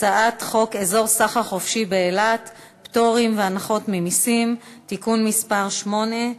הצעת חוק אזור סחר חופשי באילת (פטורים והנחות ממסים) (תיקון מס' 8)